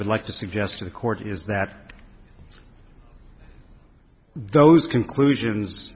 would like to suggest to the court is that those conclusions